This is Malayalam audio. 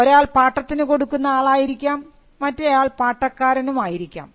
ഒരാൾ പാട്ടത്തിനു കൊടുക്കുന്ന ആളായിരിക്കാം മറ്റെയാൾ പട്ടക്കാരനും ആയിരിക്കാം